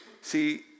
see